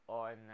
on